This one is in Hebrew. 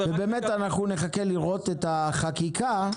אנחנו נחכה לראות את החקיקה.